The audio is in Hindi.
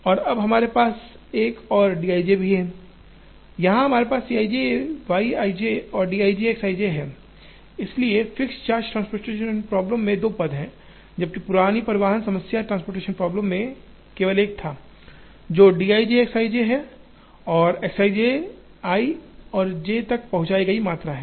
और अब हमारे पास एक और dij भी है यहाँ हमारे पास C ij Y ij और dij X ij है इसलिए फिक्स्ड चार्ज ट्रांसपोर्टेशन प्रॉब्लम में दो पद हैं जबकि पुरानी परिवहन समस्या ट्रांसपोर्टेशन प्रॉब्लम में केवल एक था जो d i j X i jहै X ij i से j तक पहुंचाई गई मात्रा है